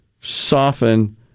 soften